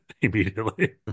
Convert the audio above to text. immediately